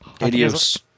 Adios